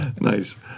Nice